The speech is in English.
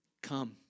Come